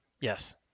Yes